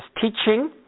Teaching